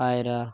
পায়রা